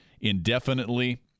indefinitely